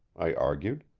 i argued.